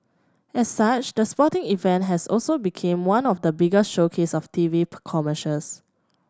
as such the sporting event has also become one of the biggest showcases of TV commercials